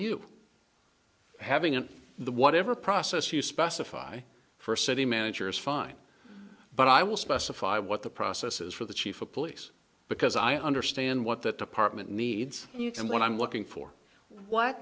you having an the whatever process you specify for a city manager is fine but i will specify what the process is for the chief of police because i understand what that department needs and what i'm looking for what